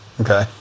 Okay